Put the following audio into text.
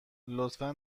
لطفا